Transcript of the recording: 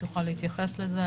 שתוכל להתייחס לזה,